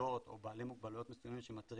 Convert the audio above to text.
נקודות או בעלי מוגבלויות מסוימים שמתריעים